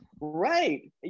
Right